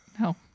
no